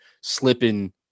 slipping